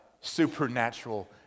supernatural